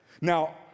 Now